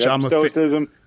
Stoicism